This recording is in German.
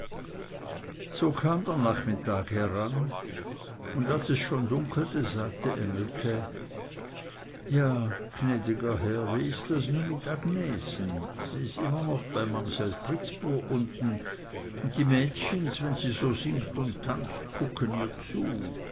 so kam der nachmittag heran und als es schon dunkelte sagte engelke ja gnäd'ger herr wie is das nu mit agnessen sie is immer noch bei mamsell pritzbur unten un die mächens wenn sie so singt und tanzt kucken ihr zu